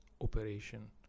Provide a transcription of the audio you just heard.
operation